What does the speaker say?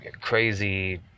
crazy